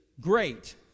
great